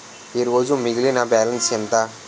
ఈరోజు మిగిలిన బ్యాలెన్స్ ఎంత?